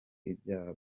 ibyaha